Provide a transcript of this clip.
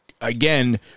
again